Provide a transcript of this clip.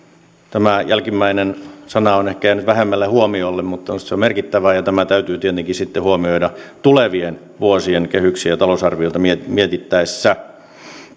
tämä jälkimmäinen sana on ehkä jäänyt vähemmälle huomiolle mutta minusta se on merkittävää ja tämä täytyy tietenkin sitten huomioida tulevien vuosien kehyksiä ja talousarvioita mietittäessä